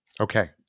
Okay